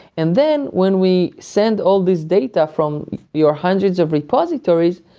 and then when we send all these data from your hundreds of repositories,